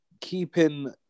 keeping